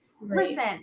listen